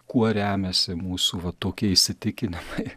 kuo remiasi mūsų va tokie įsitikinimai